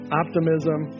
optimism